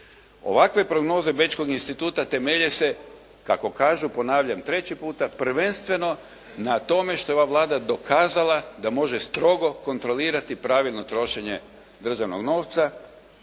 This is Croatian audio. Ovakve prognoze Bečkog instituta temelje se kako kažu ponavljam 3. puta prvenstveno na tome što je ova Vlada dokazala da može strogo kontrolirati pravilno trošenje državnog novca,